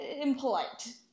impolite